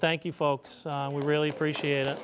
thank you folks we really appreciate it